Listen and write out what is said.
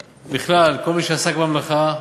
ובכלל, כל מי שעסק במלאכה.